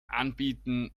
anbieten